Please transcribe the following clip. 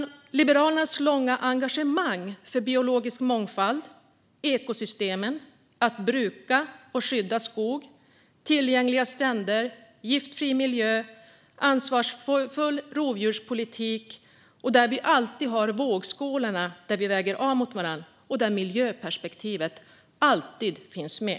I Liberalernas långa engagemang för biologisk mångfald, ekosystemen, att bruka och skydda skog, tillgängliga stränder, giftfri miljö och ansvarsfull rovdjurspolitik har vi alltid vågskålar där vi väger av frågor mot varandra och där miljöperspektivet alltid finns med.